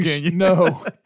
No